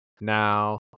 Now